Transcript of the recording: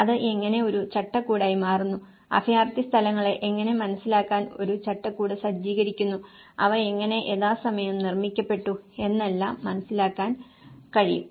അത് എങ്ങനെ ഒരു ചട്ടക്കൂടായി മാറുന്നു അഭയാർത്ഥി സ്ഥലങ്ങളെ എങ്ങനെ മനസ്സിലാക്കാൻ ഒരു ചട്ടക്കൂട് സജ്ജീകരിക്കുന്നു അവ എങ്ങനെ യഥാസമയം നിർമ്മിക്കപ്പെട്ടു എന്നെല്ലാം മനസ്സിലാക്കാൻ കഴിയും